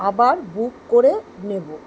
আবার বুক করে নেব